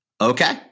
okay